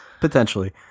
Potentially